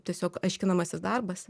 tiesiog aiškinamasis darbas